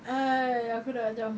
!aiya! aku dah macam